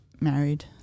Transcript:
married